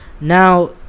Now